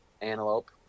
antelope